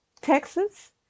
Texas